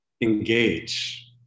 Engage